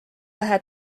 vähe